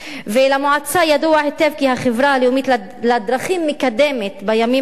למועצה ידוע היטב כי החברה הלאומית לדרכים מקדמת בימים אלה